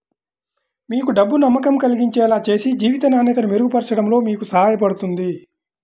మీకు డబ్బు నమ్మకం కలిగించేలా చేసి జీవిత నాణ్యతను మెరుగుపరచడంలో మీకు సహాయపడుతుంది